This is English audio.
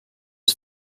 his